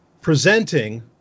presenting